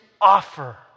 offer